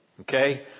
okay